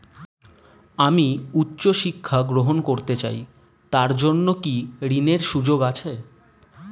আমি উচ্চ শিক্ষা গ্রহণ করতে চাই তার জন্য কি ঋনের সুযোগ আছে?